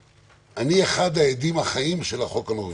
אני אחד העדים החיים של החוק הנורווגי,